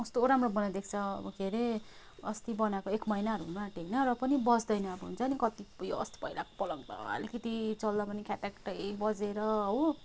कस्तो राम्रो बनाइदिएको छ अब के रे अस्ति बनाएको एक महिनाहरू हुनु आँट्यो होइन र पनि बज्दैन अब हुन्छ नि कति अब्बुई अस्ति पहिलाको पलङ त अलिकिति चल्दा पनि ख्याट्याकै बजेर हो